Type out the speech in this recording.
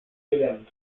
gelernt